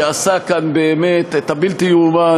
שעשה כאן באמת את הבלתי-יאומן,